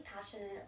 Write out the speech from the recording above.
passionate